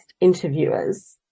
interviewers